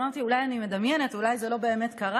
אמרתי, אולי אני מדמיינת, אולי זה לא באמת קרה,